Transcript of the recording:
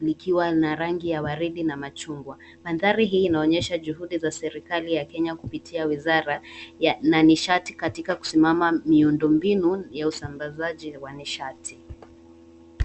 likiwa na rangi ya waridi na machungwa. Mandhari hii inaonyesha juhudi ya serikali ya Kenya kupitia wizara ya nanishati katika kusimama miundo mbinu ya usambazaji wa nishati.